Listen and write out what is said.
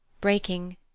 breaking